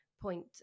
point